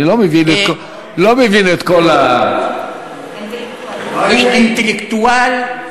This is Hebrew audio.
אני לא מבין את כל, אינטלקטואל נאור.